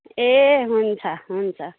ए हुन्छ हुन्छ